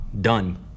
Done